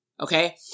Okay